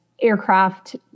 aircraft